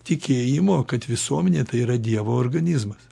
tikėjimo kad visuomenė tai yra dievo organizmas